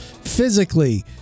physically